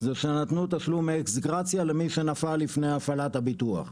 זה שנתנו תשלום אקס גרציה למי שנפל לפני הפעלת הביטוח,